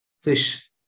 fish